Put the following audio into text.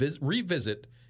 revisit